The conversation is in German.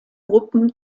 gruppen